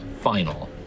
final